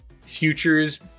futures